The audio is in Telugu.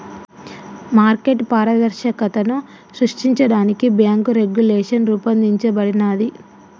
మార్కెట్ పారదర్శకతను సృష్టించడానికి బ్యేంకు రెగ్యులేషన్ రూపొందించబడినాది